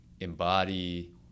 embody